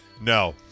No